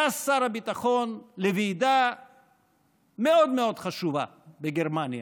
טס שר הביטחון לוועידה מאוד מאוד חשובה בגרמניה,